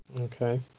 Okay